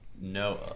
no